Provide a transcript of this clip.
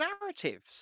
narratives